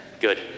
Good